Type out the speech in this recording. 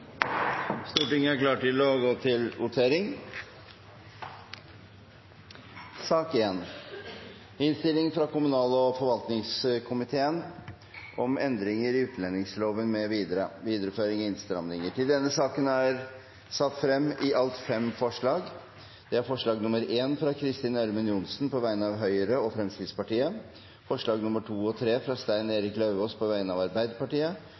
Stortinget klar til å gå til votering. : Under debatten er det satt frem i alt fem forslag. Det er forslag nr.1, fra Kristin Ørmen Johnsen på vegne av Høyre og Fremskrittspartiet forslagene nr. 2 og 3, fra Stein Erik Lauvås på vegne av Arbeiderpartiet